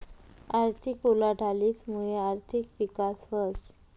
आर्थिक उलाढालीस मुये आर्थिक विकास व्हस